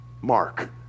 Mark